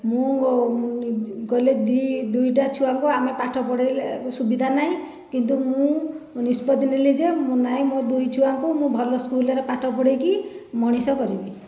ମୁଁ ଗଲେ ଦୁଇ ଦୁଇଟା ଛୁଆକୁ ଆମେ ପାଠ ପଢ଼ାଇଲେ ସୁବିଧା ନାହିଁ କିନ୍ତୁ ମୁଁ ନିଷ୍ପତି ନେଲି ଯେ ନାହିଁ ମୋ ଦୁଇ ଛୁଆକୁ ମୁଁ ଭଲ ସ୍କୁଲରେ ପାଠ ପଢ଼ାଇକି ମଣିଷ କରିବି